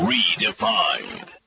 Redefined